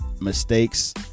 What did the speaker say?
Mistakes